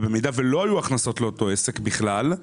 ובמידה ולא היו בכלל הכנסות לאותו עסק אז